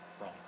right